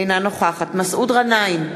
אינה נוכחת מסעוד גנאים,